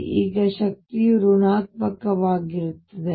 ಮತ್ತು ಈ ಶಕ್ತಿಯು ಋಣಾತ್ಮಕವಾಗಿರುತ್ತದೆ